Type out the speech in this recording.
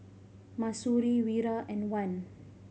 Mahsuri Wira and Wan